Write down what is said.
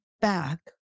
back